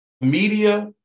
Media